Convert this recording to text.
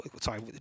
sorry